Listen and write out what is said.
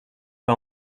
pas